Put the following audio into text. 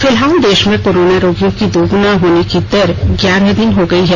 फिलहाल देश में कोरोना रोगियों के दोगुना होने की दर ग्यारह दिन हो गई है